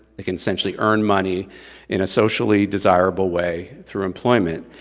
they can essentially earn money in a socially desirable way through employment.